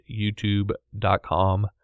youtube.com